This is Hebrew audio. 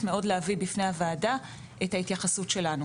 להביא בפני הוועדה את ההתייחסות שלנו.